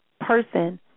person